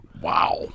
Wow